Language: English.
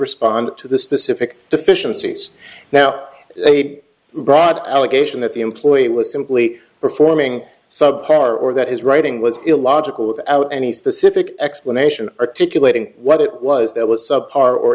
respond to the specific deficiencies now they brought allegation that the employee was simply performing sub par or that his writing was illogical without any specific explanation articulating what it was that was subpar or